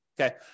Okay